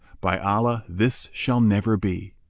by allah, this shall never be!